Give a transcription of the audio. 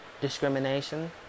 discrimination